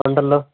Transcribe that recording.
ഒണ്ടല്ലോ